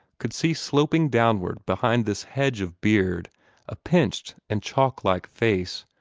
could see sloping downward behind this hedge of beard a pinched and chalk-like face,